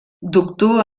doctor